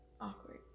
awkward